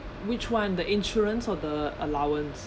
which one the insurance or the allowance